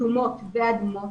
כתומות ואדומות,